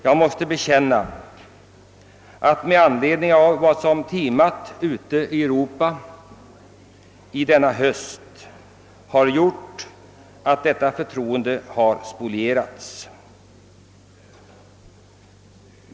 Jag måste bekänna att det som timat i Europa denna höst har gjort att förtroendet spolierats.